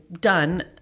done